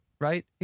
right